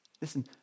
listen